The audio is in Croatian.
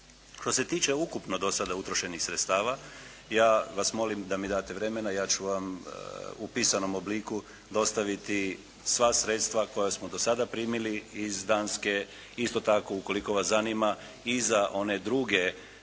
Što se tiče ukupno do sada utrošenih sredstava, ja vas molim da mi date vremena, ja ću vam u pisanom obliku dostaviti sva sredstva koja smo do sada primili iz Danske. Isto tako ukoliko vas zanima i za one druge